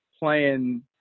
playing